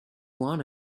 want